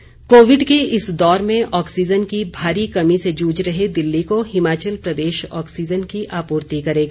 oxygen आपूर्ति Covid के इस दौर में ऑक्सीजन की भारी कमी से जूझ रहे दिल्ली को हिमाचल प्रदेश ऑक्सीजन की आपूर्ति करेगा